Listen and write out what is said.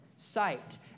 sight